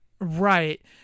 Right